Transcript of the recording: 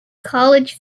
college